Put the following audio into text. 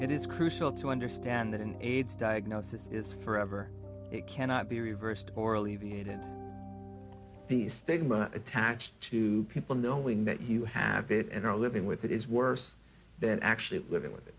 it is crucial to understand that an aids diagnosis is forever it cannot be reversed or alleviated the stigma attached to people knowing that you have it and are living with it is worse than actually living with it